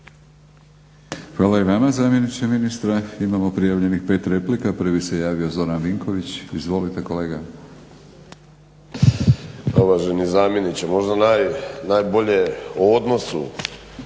Hvala i vama zamjeniče ministra. Imamo prijavljenih pet replika. Prvi se javio Zoran Vinković. Izvolite kolega. **Vinković, Zoran (HDSSB)** Pa uvaženi zamjeniče, možda najbolje o odnosu